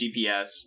GPS